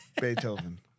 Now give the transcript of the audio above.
Beethoven